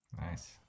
Nice